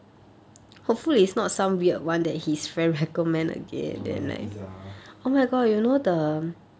oh like the pizza